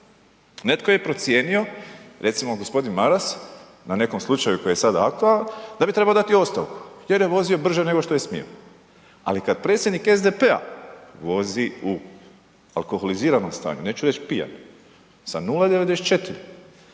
netko je procijenio, recimo g. Maras na nekom slučaju koji je sada aktualan da bi trebao dati ostavku jer je vozio brže nego što je smio, ali kad predsjednik SDP-a vozi u alkoholiziranom stanju, neću reći pijano sa 0,94